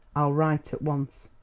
i'll write at once.